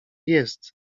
jest